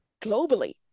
globally